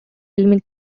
film